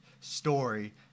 story